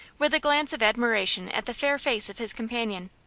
with a glance of admiration at the fair face of his companion.